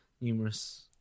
numerous